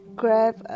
grab